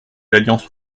l’alliance